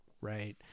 Right